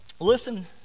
Listen